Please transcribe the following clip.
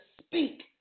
speak